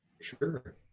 Sure